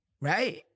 Right